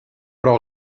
però